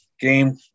Game